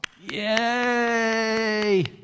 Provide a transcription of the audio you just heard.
Yay